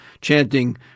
chanting